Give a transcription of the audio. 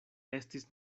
estis